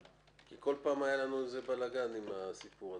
כי בכל פעם היה לנו בלגן עם הסיפור הזה.